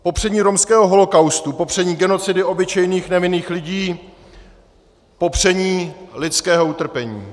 Popření romského holokaustu, popření genocidy obyčejných nevinných lidí, popření lidského utrpení.